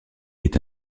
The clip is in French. est